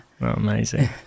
amazing